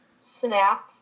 Snap